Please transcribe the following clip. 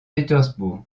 pétersbourg